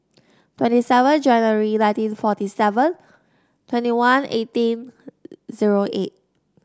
twenty seven January nineteen forty seven twenty one eighteen zero eight